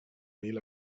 mil